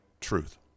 truth